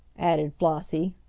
added flossie.